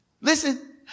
Listen